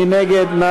מי נגד?